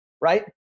right